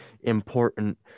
important